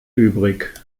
übrig